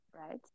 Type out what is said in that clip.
right